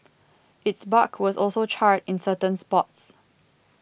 its bark was also charred in certain spots